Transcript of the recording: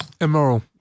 Immoral